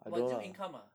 but zero income ah